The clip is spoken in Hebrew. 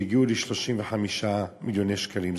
הגיעו ל-35 מיליוני שקלים.